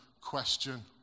question